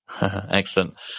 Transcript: Excellent